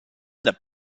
that